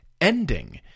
ending